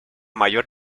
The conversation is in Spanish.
mayor